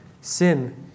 sin